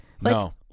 no